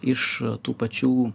iš tų pačių